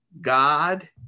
God